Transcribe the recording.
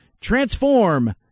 Transform